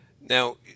Now